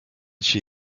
she